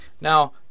Now